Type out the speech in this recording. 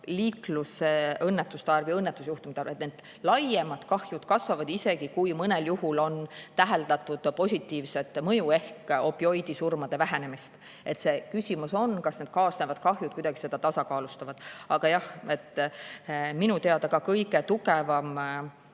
liiklusõnnetuste ja õnnetusjuhtumite arv. Laiemad kahjud kasvavad, isegi kui mõnel juhul on täheldatud positiivset mõju ehk opioidisurmade vähenemist. Küsimus on, kas need kaasnevad kahjud kuidagi seda tasakaalustavad. Aga jah, minu teada kõige tugevam